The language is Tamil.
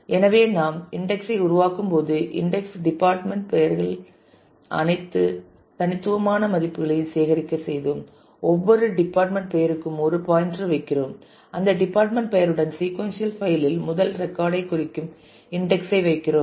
எனவே நாம் இன்டெக்ஸ் ஐ உருவாக்கும் போது இன்டெக்ஸ் டிபார்ட்மெண்ட் பெயர்களின் அனைத்து தனித்துவமான மதிப்புகளையும் சேகரிக்கச் செய்தோம் ஒவ்வொரு டிபார்ட்மெண்ட் பெயருக்கும் ஒரு பாயின்டர் வைக்கிறோம் அந்தத் டிபார்ட்மெண்ட் பெயருடன் சீக்கொன்சியல் பைல் இல் முதல் ரெக்கார்ட் ஐக் குறிக்கும் இன்டெக்ஸ் ஐ வைக்கிறோம்